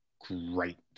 great